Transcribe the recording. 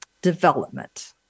Development